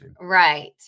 Right